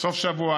סוף שבוע,